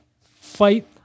fight